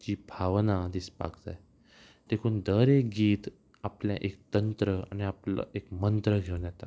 जी भावना दिसपाक जाय देखून दर एक गीत आपलें एक तंत्र आनी आपलो एक मंत्र घेवन येता